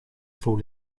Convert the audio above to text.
fall